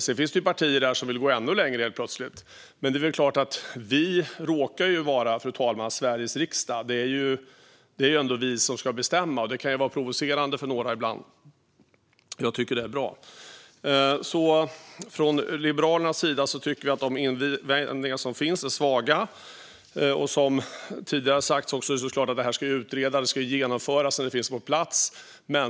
Sedan finns det helt plötsligt partier som vill gå ännu längre. Men, fru talman, vi råkar ju vara Sveriges riksdag, och det är ändå vi som ska bestämma. Det kan vara provocerande för några ibland, men jag tycker att det är bra. Översyn av regleringen om sluten ungdoms-vård Från Liberalernas sida tycker vi att de invändningar som finns är svaga. Som tidigare har sagts är det klart att det här ska utredas och sedan genomföras när det hela finns på plats.